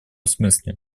смысле